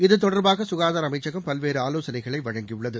இதுதொடர்பாக சுகாதார அமைச்சகம் பல்வேறு ஆலோசனைகளை வழங்கியுள்ளது